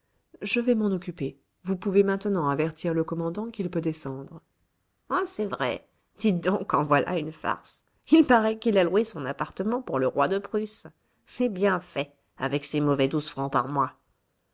je vais m'en occuper vous pouvez maintenant avertir le commandant qu'il peut descendre c'est vrai dites donc en voilà une farce il paraît qu'il a loué son appartement pour le roi de prusse c'est bien fait avec ses mauvais douze francs par mois